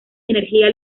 energía